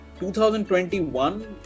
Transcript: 2021